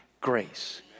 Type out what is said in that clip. grace